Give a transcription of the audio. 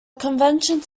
conventions